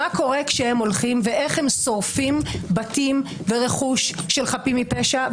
מה קורה ואיך הם שורפים בתים ורכוש של חפים מפשע.